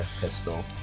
pistol